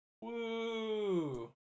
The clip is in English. Woo